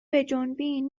بجنبین